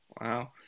wow